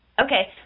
okay